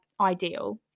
ideal